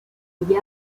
тобою